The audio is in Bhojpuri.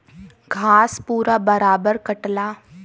घास पूरा बराबर कटला